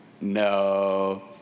No